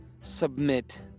submit